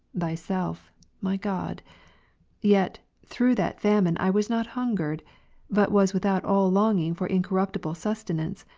thyself, my god yet, through that famine i was not hungered but was without all longing for incorruptible sustenance,